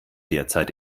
derzeit